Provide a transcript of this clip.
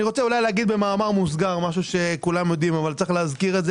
בפתיח אני רוצה לומר שגם אני עם הוותק שלי בבית